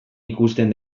ikusten